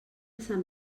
sant